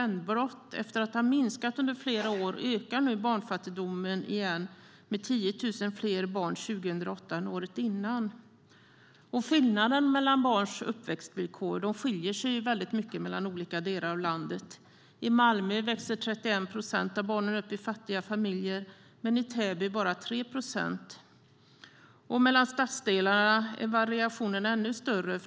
Efter att barnfattigdomen har minskat under fler år ökar den nu igen med 10 000 fler barn 2008 än året innan. Barns uppväxtvillkor skiljer sig väldigt mycket mellan olika delar av landet. I Malmö växer 31 procent av barnen upp i fattiga familjer men i Täby bara 3 procent. Mellan stadsdelarna är variationen ännu större.